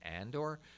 Andor